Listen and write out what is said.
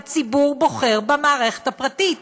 הציבור בוחר במערכת הפרטית.